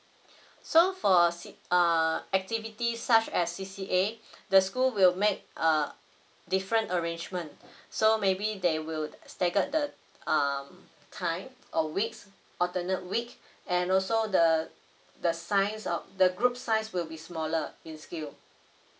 so for c~ err activities such as C_C_A the school will make err different arrangement so maybe they will stagger the err times a week alternate week and also the the size or the group size will be smaller in scale